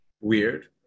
weird